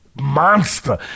monster